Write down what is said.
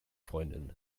freundin